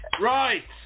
right